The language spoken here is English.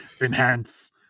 enhance